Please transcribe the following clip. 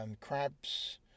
crabs